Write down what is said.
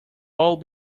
all